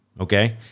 okay